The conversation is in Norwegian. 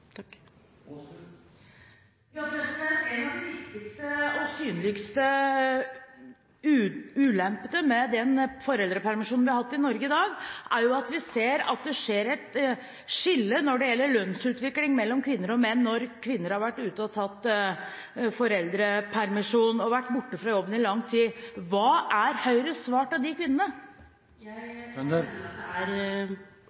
En av de viktigste og synligste ulempene med den foreldrepermisjonen vi har hatt i Norge i dag, er at vi ser at det skjer et skille når det gjelder lønnsutvikling mellom kvinner og menn når kvinner har tatt foreldrepermisjon og vært borte fra jobben i lang tid. Hva er Høyres svar til de kvinnene?